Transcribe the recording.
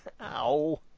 Ow